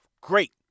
Great